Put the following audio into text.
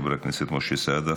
חבר הכנסת משה סעדה,